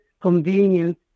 convenient